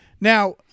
now